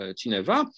cineva